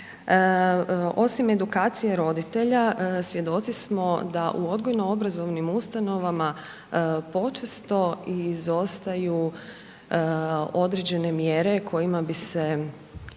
osim edukacije roditelja, svjedoci smo da u odgojno-obrazovnim ustanovama počesto izostaju određene mjere kojima bi se